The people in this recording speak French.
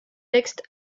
texte